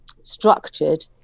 structured